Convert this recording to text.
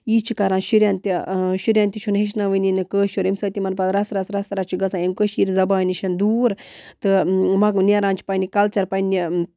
یی چھِ کَران شُرٮ۪ن تہِ آ شُرٮ۪ن تہِ چھُ نہٕ ہیٚچھناوٲنی نہٕ کٲشُر ییٚمہِ سۭتۍ تِمن پَتہٕ رژھ رژھ رَژھٕ رَژھ چھُ گژھان اَمہِ کٔشیٖرِ زَبانہِ نِش دوٗر تہٕ نیران چھِ پَنٕنہِ کَلچر پَنٕنہِ